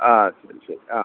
ആ അതുശരി ആ